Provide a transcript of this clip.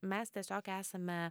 mes tiesiog esame